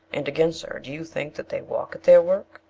and again, sir, do you think that they walk at their work?